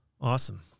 Awesome